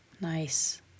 Nice